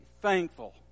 Thankful